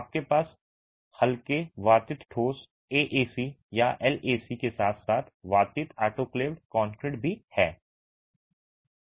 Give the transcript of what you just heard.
आपके पास हल्के वातित ठोस AAC या LAC के साथ साथ वातित ऑटोक्लेव्ड कंक्रीट भी है